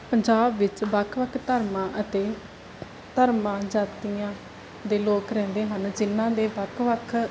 ਪੰਜਾਬ ਵਿੱਚ ਵੱਖ ਵੱਖ ਧਰਮਾਂ ਅਤੇ ਧਰਮਾਂ ਜਾਤੀਆਂ ਦੇ ਲੋਕ ਰਹਿੰਦੇ ਹਨ ਜਿਹਨਾਂ ਦੇ ਵੱਖ ਵੱਖ